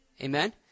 Amen